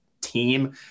team